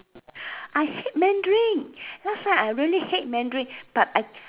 I hate Mandarin last time I really hate Mandarin but I